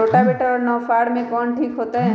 Rotavator और नौ फ़ार में कौन ठीक होतै?